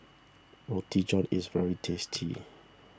Roti John is very tasty